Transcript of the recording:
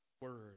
word